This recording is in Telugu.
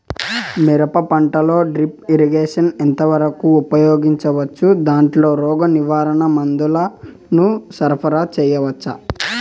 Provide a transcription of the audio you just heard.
మిరప పంటలో డ్రిప్ ఇరిగేషన్ ఎంత వరకు ఉపయోగించవచ్చు, దాంట్లో రోగ నివారణ మందుల ను సరఫరా చేయవచ్చా?